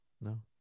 No